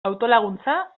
autolaguntza